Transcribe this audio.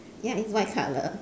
ya it's white colour